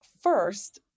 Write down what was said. first